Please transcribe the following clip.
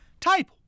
Type